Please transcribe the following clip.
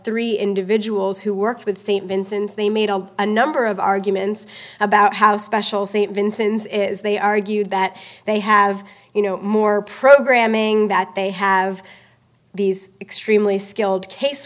three individuals who worked with st vincent's they made a number of arguments about how special st vincents is they argue that they have you know more programming that they have these extremely skilled case